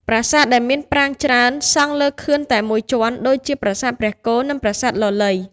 ប្រាសាទដែលមានប្រាង្គច្រើន សង់លើខឿនតែមួយជាន់ ដូចជាប្រាសាទព្រះគោ និងប្រាសាទលលៃ។